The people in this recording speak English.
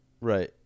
Right